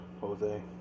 Jose